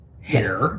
hair